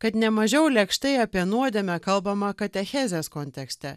kad ne mažiau lėkštai apie nuodėmę kalbama katechezės kontekste